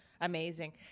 amazing